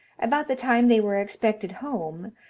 about the time they were expected home,